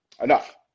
Enough